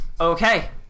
Okay